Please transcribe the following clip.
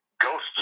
ghost